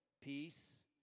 peace